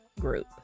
group